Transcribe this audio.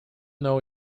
though